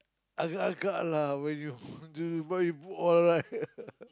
agak agak lah when you where you put all right